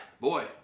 boy